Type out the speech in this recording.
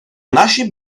naši